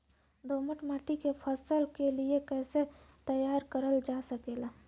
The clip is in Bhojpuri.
दोमट माटी के फसल के लिए कैसे तैयार करल जा सकेला?